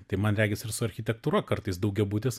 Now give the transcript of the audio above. tai man regis ir su architektūra kartais daugiabutis